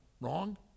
wrong